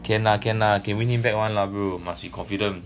can lah can lah can win him back [one] lah bro must be confident